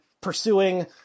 pursuing